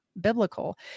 biblical